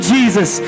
Jesus